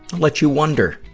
let you wonder,